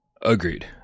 Agreed